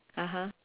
(uh huh)